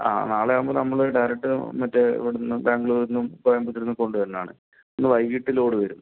ആ നാളെ ആവുമ്പോൾ നമ്മൾ ഡയറെക്ട് മറ്റെ ഇവിടെ നിന്ന് ബാംഗ്ലൂര് നിന്നും കൊയമ്പത്തൂർ നിന്നും കൊണ്ടു വരുന്നത് ആണ് ഇന്ന് വൈകീട്ട് ലോഡ് വരും